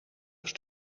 eens